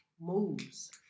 moves